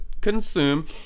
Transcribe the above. consume